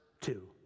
two